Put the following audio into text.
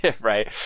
Right